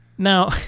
Now